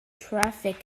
traffic